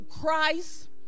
Christ